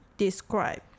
Describe